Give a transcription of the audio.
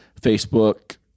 Facebook